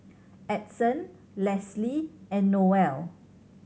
Edson Lesley and Noelle